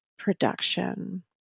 production